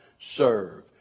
serve